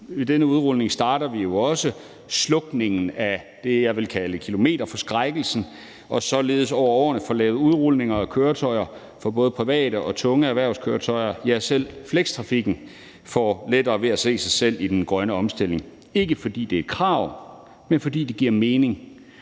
denne udrulning starter vi jo også slukningen af det, jeg vil kalde kilometerforskrækkelsen, og vil således over årene få lavet udrulning af køretøjer i forhold til både private køretøjer og tunge erhvervskøretøjer. Ja, selv flextrafikken får lettere ved at se sig selv i den grønne omstilling – ikke fordi det er et krav, men fordi det giver mening,